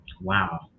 Wow